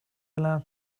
allowed